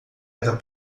era